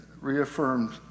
reaffirmed